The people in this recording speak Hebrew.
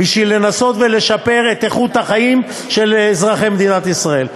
לנסות לשפר את איכות החיים של אזרחי מדינת ישראל.